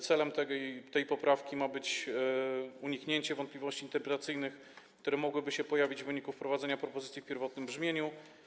Celem tej poprawki ma być uniknięcie wątpliwości interpretacyjnych, które mogłyby się pojawić w wyniku wprowadzenia propozycji w pierwotnym brzmieniu.